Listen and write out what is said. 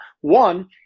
one